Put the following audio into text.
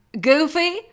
goofy